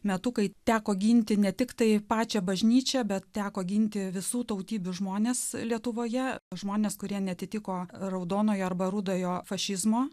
metu kai teko ginti ne tiktai pačią bažnyčią bet teko ginti visų tautybių žmonės lietuvoje žmonės kurie neatitiko raudonojo arba rudojo fašizmo